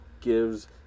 gives